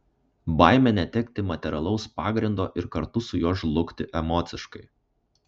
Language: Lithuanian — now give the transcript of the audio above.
baimė netekti materialaus pagrindo ir kartu su juo žlugti emociškai